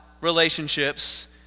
relationships